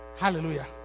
Hallelujah